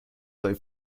sein